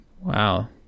Wow